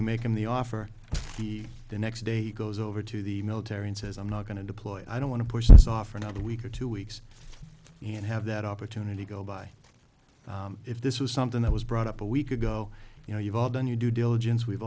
we make him the offer the next day he goes over to the military and says i'm not going to deploy i don't want to push this off for another week or two weeks he didn't have that opportunity go by if this was something that was brought up a week ago you know you've all done your due diligence we've